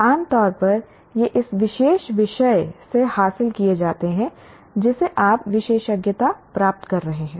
आम तौर पर ये इस विशेष विषय से हासिल किए जाते हैं जिसे आप विशेषज्ञता प्राप्त कर रहे हैं